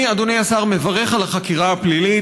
אני, אדוני השר, מברך על החקירה הפלילית.